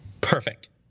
Perfect